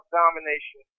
domination